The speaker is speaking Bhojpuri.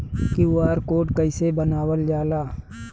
क्यू.आर कोड कइसे बनवाल जाला?